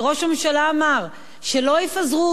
שלא יפזרו אותם במדינה,